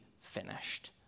finished